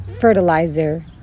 fertilizer